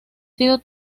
sido